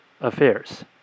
affairs